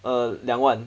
uh 两万